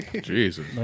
Jesus